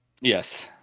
Yes